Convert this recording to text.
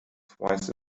twice